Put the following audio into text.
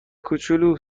کوچولو